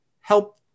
help